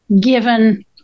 given